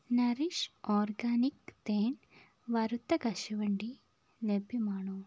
Nourish organic തേൻ വറുത്ത കശുവണ്ടി ലഭ്യമാണോ